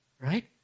Right